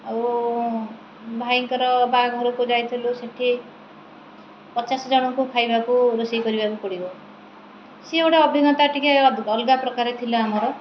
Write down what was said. ଆଉ ଭାଇଙ୍କର ବାହାଘରକୁ ଯାଇଥିଲୁ ସେଠି ପଚାଶ ଜଣଙ୍କୁ ଖାଇବାକୁ ରୋଷେଇ କରିବାକୁ ପଡ଼ିବ ସିଏ ଗୋଟେ ଅଭିଜ୍ଞତା ଟିକେ ଅଲଗା ପ୍ରକାର ଥିଲା ଆମର